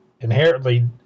inherently